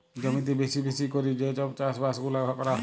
জমিতে বেশি বেশি ক্যরে যে সব চাষ বাস গুলা ক্যরা হ্যয়